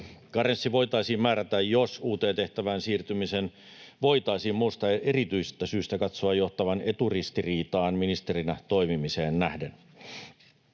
Karenssi voitaisiin määrätä, jos uuteen tehtävään siirtymisen voitaisiin muusta erityisestä syystä katsoa johtavan eturistiriitaan ministerinä toimimiseen nähden.